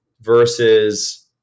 versus